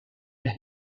las